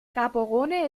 gaborone